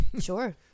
Sure